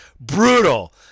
brutal